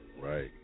Right